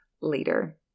later